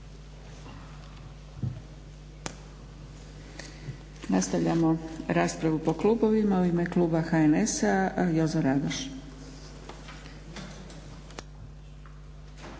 Nastavljamo raspravu po klubovima. U ime kluba HNS-a Jozo Radoš.